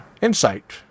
insight